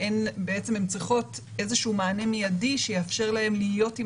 ובעצם הן צריכות מענה מידי שיאפשר להם להיות עם